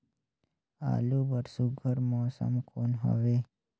आलू बर सुघ्घर मौसम कौन हवे?